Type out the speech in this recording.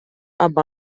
amb